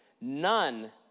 None